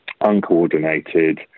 uncoordinated